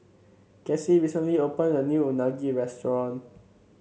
Cassie recently opened a new Unagi restaurant